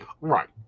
Right